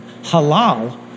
Halal